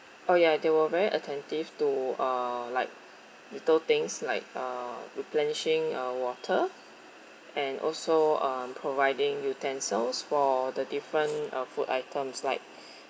oh ya they were very attentive to uh like little things like uh replenishing our water and also um providing utensils for the different uh food items like